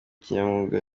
kinyamwuga